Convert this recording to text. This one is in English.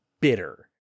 bitter